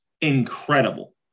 incredible